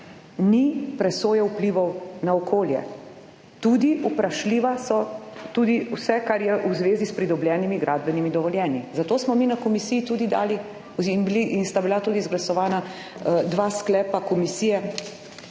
ni presoje vplivov na okolje, tudi vprašljiva so tudi vse, kar je v zvezi s pridobljenimi gradbenimi dovoljenji. Zato smo mi na komisiji tudi dali in bili, in sta bila tudi izglasovana dva sklepa komisije,